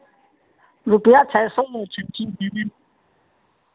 रुपैया छह सौ छह सौ देना